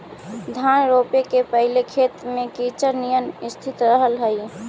धान रोपे के पहिले खेत में कीचड़ निअन स्थिति रहऽ हइ